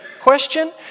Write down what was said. question